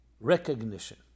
recognition